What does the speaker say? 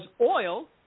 oil